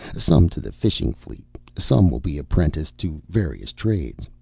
some to the fishing fleet, some will be apprenticed to various trades.